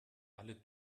alle